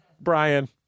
Brian